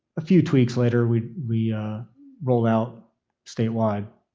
a few tweaks later, we we rolled out statewide.